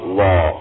law